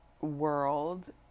world